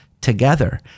together